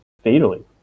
fatally